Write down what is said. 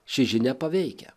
ši žinia paveikia